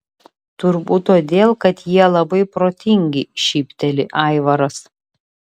turbūt todėl kad jie labai protingi šypteli aivaras